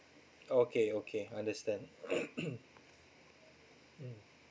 okay okay understand mm